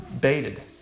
baited